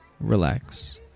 relax